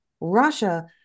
Russia